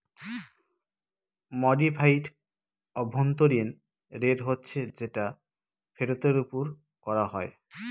modified অভ্যন্তরীন rate হচ্ছে যেটা ফেরতের ওপর করা হয়